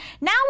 Now